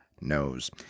knows